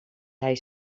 hij